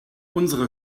unsere